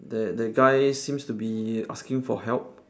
the the guy seems to be asking for help